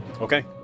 Okay